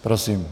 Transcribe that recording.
Prosím.